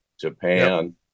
Japan